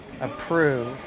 approve